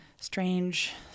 strange